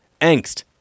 angst